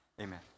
Amen